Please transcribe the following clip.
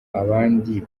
abandi